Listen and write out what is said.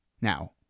now